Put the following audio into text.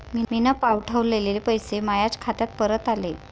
मीन पावठवलेले पैसे मायाच खात्यात परत आले